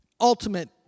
ultimate